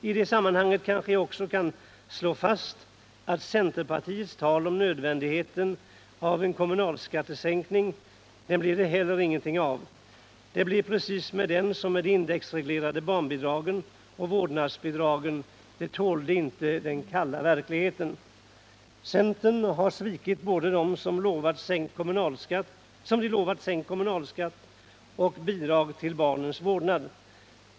I det sammanhanget kanske jag också kan slå fast att centerpartisternas tal om 201 nödvändigheten av en kommunalskattesänkning blev det heller ingenting av med. Det blev med den precis som med de indexreglerade barnbidragen och vårdnadsbidragen: de tålde inte den kalla verkligheten. Centern har svikit både dem som partiet lovat sänkt kommunalskatt och dem som partiet lovat bidrag till barnens vårdnad.